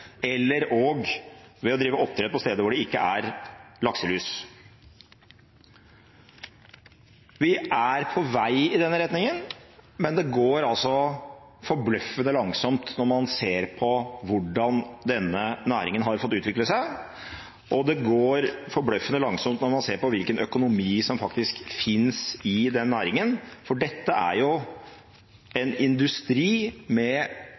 eller ved å drive oppdrett på steder hvor det ikke er lakselus. Vi er på vei i denne retningen, men det går forbløffende langsomt når man ser på hvordan denne næringen har fått utvikle seg, og det går forbløffende langsomt når man ser på hvilken økonomi som faktisk finnes i den næringen. Dette er jo en industri med